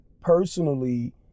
personally